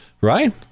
right